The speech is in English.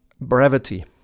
brevity